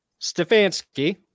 Stefanski